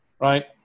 Right